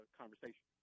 conversation